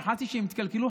פחדתי שהם יתקלקלו,